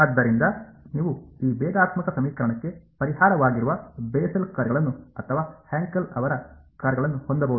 ಆದ್ದರಿಂದ ನೀವು ಈ ಭೇದಾತ್ಮಕ ಸಮೀಕರಣಕ್ಕೆ ಪರಿಹಾರವಾಗಿರುವ ಬೆಸೆಲ್ ಕಾರ್ಯಗಳನ್ನು ಅಥವಾ ಹೆಂಕೆಲ್ ಅವರ ಕಾರ್ಯಗಳನ್ನು ಹೊಂದಬಹುದು